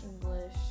English